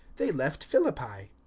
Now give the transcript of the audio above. they left philippi.